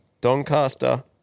Doncaster